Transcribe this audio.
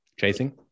chasing